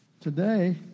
Today